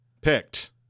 picked